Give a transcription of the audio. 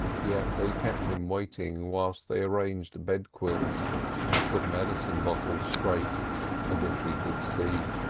yet they kept him waiting whilst they arranged bed-quilts and put medicine bottles straight as if he could see!